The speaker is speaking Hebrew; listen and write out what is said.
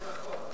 זה נכון.